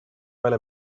while